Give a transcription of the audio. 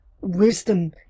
Wisdom